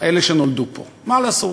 אלה שנולדו פה, מה לעשות.